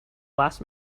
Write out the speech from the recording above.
last